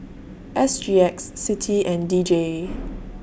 S G X CITI and D J